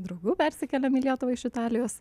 draugu persikėlėm į lietuvą iš italijos